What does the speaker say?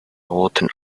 roten